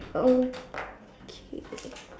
okay